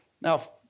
Now